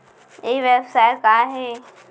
ई व्यवसाय का हे?